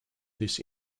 this